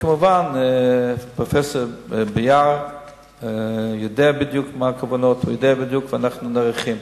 כמובן פרופסור ביאר יודע בדיוק מה הכוונות ואנחנו נערכים.